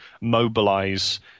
mobilize